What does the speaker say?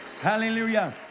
Hallelujah